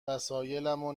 وسایلامو